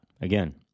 Again